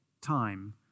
time